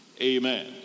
Amen